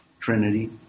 trinity